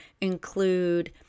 include